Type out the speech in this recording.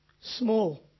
Small